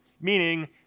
meaning